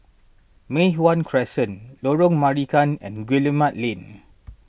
Mei Hwan Crescent Lorong Marican and Guillemard Lane